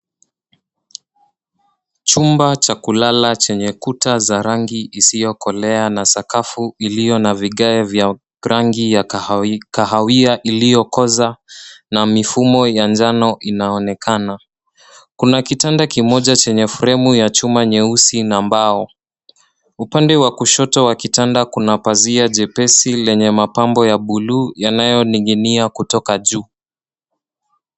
Chumba cha kulala kina kuta zisizo na rangi ang’avu na sakafu yenye vigae vya kahawia vilivyokolea pamoja na mifumo ya njano inayoonekana. Kuna kitanda kimoja chenye fremu ya chuma cheusi na mbao